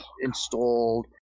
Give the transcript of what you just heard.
installed